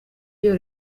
iyo